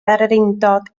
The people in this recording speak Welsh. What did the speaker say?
bererindod